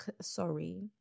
sorry